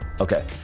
Okay